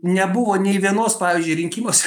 nebuvo nei vienos pavyzdžiui rinkimuose